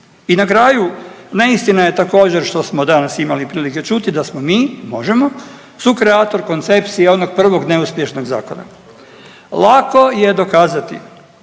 I na kraju, neistina je također što smo danas imali prilike čuti da smo mi Možemo! sukreator koncepcije onog prvog neuspješnog zakona. Lako je dokazati,